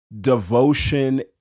devotion